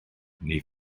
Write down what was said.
neu